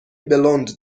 بلوند